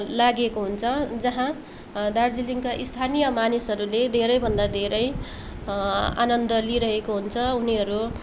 लागिएको हुन्छ जहाँ दार्जिलिङका स्थानीय मानिसहरूले धेरैभन्दा धेरै आनन्द लिइरहेको हुन्छ उनीहरू